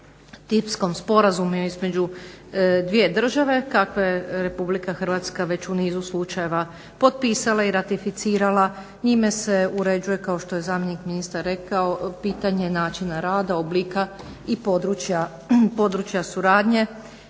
tipskom sporazumu između dvije države kakve Republika Hrvatska već u nizu slučajeva već potpisala i ratificirala. Njime se uređuje kao što je zamjenik ministra rekao pitanje načina rada, oblika i područja, područja